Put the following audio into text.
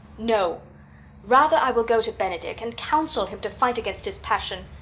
no rather i will go to benedick, and counsel him to fight against his passion.